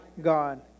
God